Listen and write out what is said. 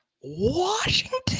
Washington